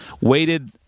waited